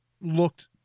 looked